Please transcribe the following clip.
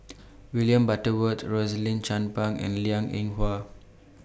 William Butterworth Rosaline Chan Pang and Liang Eng Hwa